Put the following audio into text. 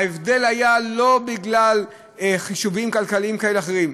ההבדל היה לא בגלל חישובים כלכליים כאלה או אחרים,